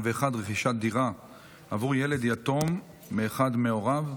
101) (רכישת דירה עבור ילד יתום מאחד מהוריו),